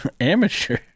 Amateur